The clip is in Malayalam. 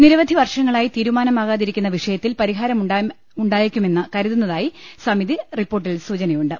നിരവധി വർഷങ്ങളായി തീരുമാ നമാകാതിരിക്കുന്ന വിഷയത്തിൽ പരിഹാരമുണ്ടായേക്കുമെന്ന് കരുതുന്നതായി സമിതി റിപ്പോർട്ടിൽ സൂചനയുണ്ട്